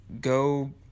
go